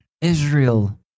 Israel